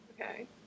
Okay